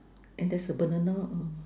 and there's a banana uh